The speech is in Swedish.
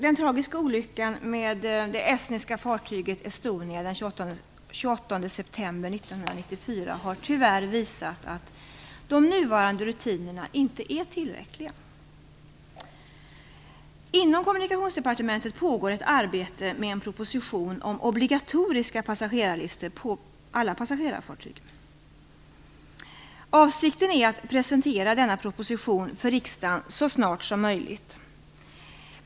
Den tragiska olyckan med det estniska fartyget Estonia den 28 september 1994 har tyvärr visat att de nuvarande rutinerna inte är tillräckliga. Inom Kommunikationsdepartementet pågår ett arbete med en proposition om obligatoriska passagerarlistor på alla passagerarfartyg. Avsikten är att presentera denna proposition för riksdagen så snart som möjligt.